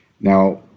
Now